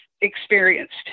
experienced